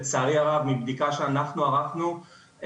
לצערי הרב מבדיקה שאנחנו ערכנו,